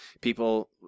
people